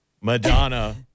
Madonna